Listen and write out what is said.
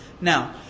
Now